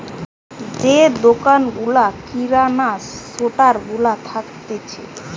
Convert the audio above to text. যে দোকান গুলা কিরানা স্টোর গুলা থাকতিছে